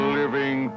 living